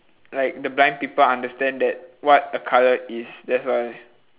like the blind people understand that what a colour is that's why